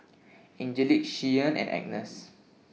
Angelic Shyann and Agness